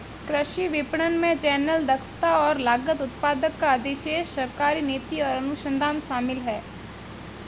कृषि विपणन में चैनल, दक्षता और लागत, उत्पादक का अधिशेष, सरकारी नीति और अनुसंधान शामिल हैं